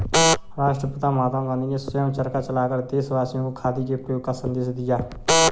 राष्ट्रपिता महात्मा गांधी ने स्वयं चरखा चलाकर देशवासियों को खादी के प्रयोग का संदेश दिया